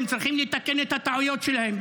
הם צריכים לתקן את הטעויות שלהם,